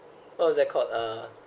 what was that called uh